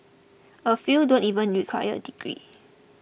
a few don't even require a degree